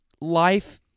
life